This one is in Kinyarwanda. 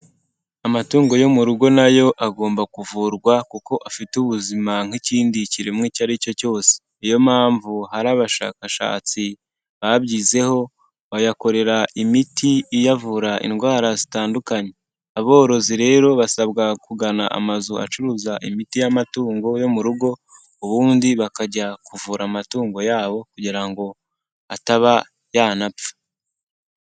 Amatungo yo mu rugo na yo agomba kuvurwa kuko afite ubuzima nk'ikindi kiremwa icyo ari cyo cyose, ni yo mpamvu hari abashakashatsi babyizeho bayakorera imiti iyavura indwara zitandukanye, aborozi rero basabwa kugana amazu acuruza imiti y'amatungo yo mu rugo ubundi bakajya kuvura amatungo yabo kugira ngo ataba yanapfa.